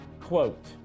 quote